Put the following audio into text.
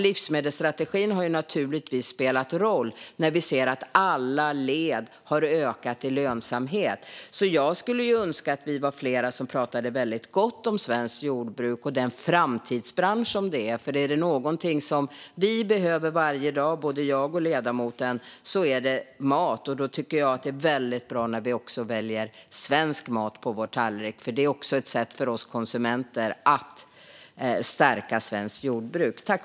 Livsmedelsstrategin har naturligtvis spelat roll - vi ser att lönsamheten ökat i alla led. Jag skulle önska att vi var fler som talade väldigt gott om svenskt jordbruk som den framtidsbransch den är. Är det någonting som vi behöver varje dag, både jag och ledamoten, är det mat. Jag tycker att det är väldigt bra när vi också väljer svensk mat på vår tallrik, för det är ett sätt för oss konsumenter att stärka svenskt jordbruk.